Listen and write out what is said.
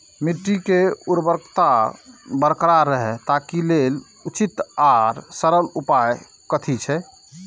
मिट्टी के उर्वरकता बरकरार रहे ताहि लेल उचित आर सरल उपाय कथी छे?